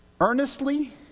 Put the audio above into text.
earnestly